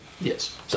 Yes